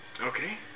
Okay